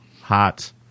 Hot